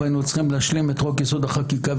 והיינו צריכים להשלים את חוק יסוד: החקיקה.